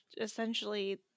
essentially